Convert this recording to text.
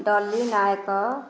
Dolly Nayak